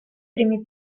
primi